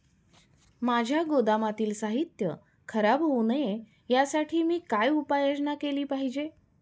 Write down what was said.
माझ्या गोदामातील साहित्य खराब होऊ नये यासाठी मी काय उपाय योजना केली पाहिजे?